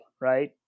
right